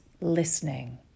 listening